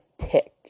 tick